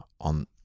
on